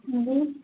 जी